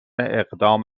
اقدام